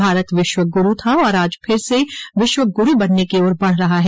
भारत विश्व गुरू था और आज फिर से विश्व गुरू बनने की ओर बढ़ रहा है